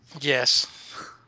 Yes